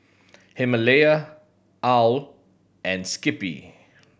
Himalaya owl and Skippy